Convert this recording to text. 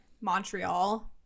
Montreal